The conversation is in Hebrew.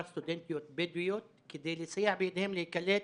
לסטודנטיות בדואיות כדי לסייע בידיהן להיקלט